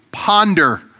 ponder